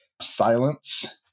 Silence